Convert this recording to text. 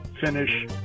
finish